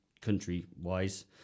country-wise